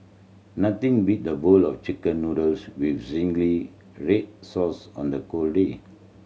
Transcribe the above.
nothing beat a bowl of Chicken Noodles with zingy red sauce on a cold day